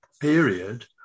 period